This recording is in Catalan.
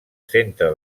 centre